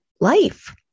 life